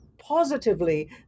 positively